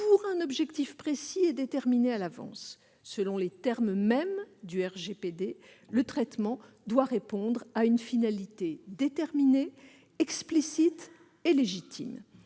pour un objectif précis et déterminé à l'avance. Selon les termes mêmes du RGPD, le traitement doit répondre à une finalité déterminée, explicite et légitime.